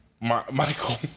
Michael